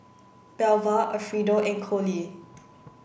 Belva Alfredo and Coley